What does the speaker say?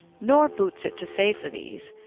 nor boots it to say for these,